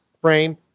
frame